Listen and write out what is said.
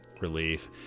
relief